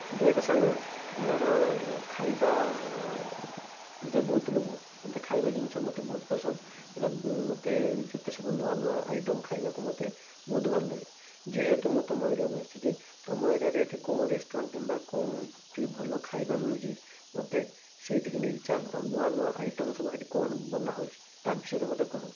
ଦେଖ ସାଙ୍ଗ ମୋର ଖାଇବାରେ ବହୁତ ଲୋଭ ମୋତେ ଖାଇବା ଜିନିଷ ମୋତେ ବହୁତ ପସନ୍ଦ କାହିଁକିନା ମୋତେ ଯେତେସବୁ ନୂଆ ନୂଆ ଆଇଟମ୍ ଖାଇବାକୁ ମୋତେ ବହୁତ ଭଲ ଲାଗେ ଯେହେତୁ ମୁଁ ତୁମ ଏରିଆକୁ ଆସିଛି ତୁମ ଏରିଆରେ ଏଇଠି କେଉଁ ରେଷ୍ଟୁରାଣ୍ଟ୍ କିମ୍ବା କେଉଁଠି ଭଲ ଖାଇବା ମିଳୁଛି ମୋତେ ସେଇଠିକି ନେଇକି ଚାଲ ଆଉ ନୂଆ ନୂଆ ଆଇଟମ୍ ସେଇଠି ସବୁ କ'ଣ ବନାହେଉଛି ତା' ବିଷୟରେ ମୋତେ କୁହ